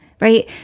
right